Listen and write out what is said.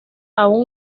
aún